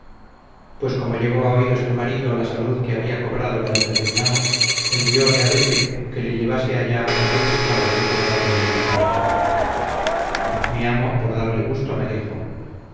pues como llegó a oídos del marido la salud que había cobrado la hija de mi amo enviole a decir que le llevase allá aquel esclavo que curaba de melancolía mi amo por darle gusto me dijo